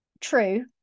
True